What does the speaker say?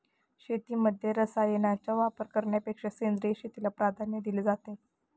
शेतीमध्ये रसायनांचा वापर करण्यापेक्षा सेंद्रिय शेतीला प्राधान्य दिले जाते